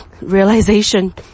realization